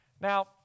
Now